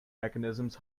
mechanisms